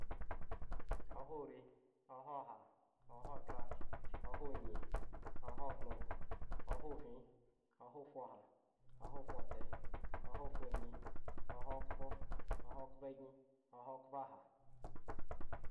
Oha ri, oha ha oha tra oha anyi, oha tno, oha fin, oha fuha, oha fute, oha funyi, oha khpo, oha khpo kyin, oha khpo ha.